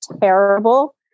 terrible